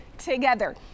together